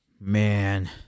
man